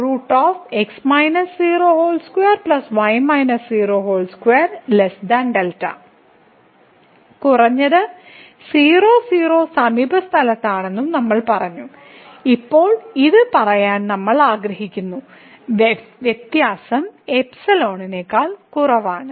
കുറഞ്ഞത് 00 സമീപസ്ഥലത്താണെന്നും നമ്മൾ പറഞ്ഞു ഇപ്പോൾ ഇത് പറയാൻ നമ്മൾ ആഗ്രഹിക്കുന്നു വ്യത്യാസം എപ്സിലോണിനേക്കാൾ കുറവാണ്